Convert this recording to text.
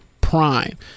prime